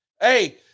Hey